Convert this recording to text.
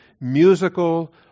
Musical